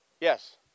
Yes